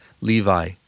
Levi